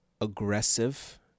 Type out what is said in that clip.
aggressive